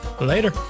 Later